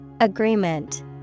Agreement